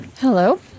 Hello